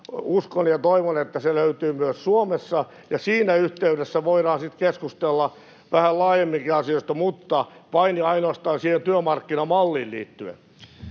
Uskon ja toivon, että se löytyy myös Suomessa. Ja siinä yhteydessä voidaan sitten keskustella vähän laajemminkin asioista mutta vain ja ainoastaan siihen työmarkkinamalliin liittyen.